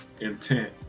intent